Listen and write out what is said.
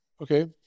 okay